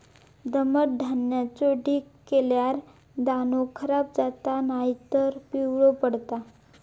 दमट धान्याचो ढीग केल्यार दाणो खराब जाता नायतर पिवळो पडता